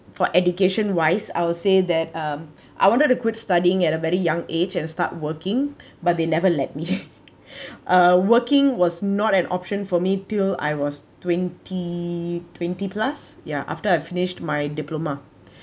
for education wise I would say that um I wanted to quit studying at a very young age and start working but they never let me uh working was not an option for me till I was twenty twenty-plus ya after I finished my diploma